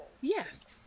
Yes